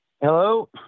hello